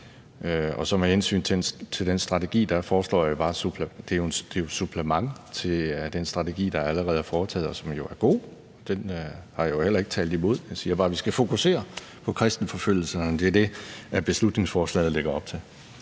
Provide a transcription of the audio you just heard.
penge. Med hensyn til den strategi vil jeg sige, at det er et supplement til den strategi, der allerede er lagt, som jo er god. Den har jeg jo heller ikke talt imod. Jeg siger bare, at vi skal fokusere på kristenforfølgelserne. Det er det, beslutningsforslaget lægger op til.